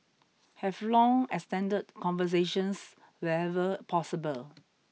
have long extended conversations wherever possible